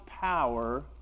power